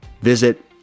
visit